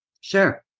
Sure